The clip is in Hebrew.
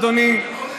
אדוני,